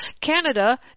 Canada